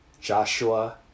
Joshua